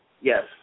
yes